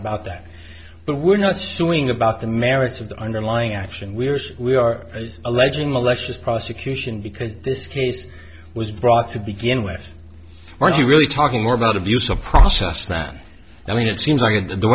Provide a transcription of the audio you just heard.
about that but we're not suing about the merits of the underlying action we are we are alleging malicious prosecution because this case was brought to begin with are you really talking more about abuse of process than i mean it seems like